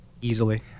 Easily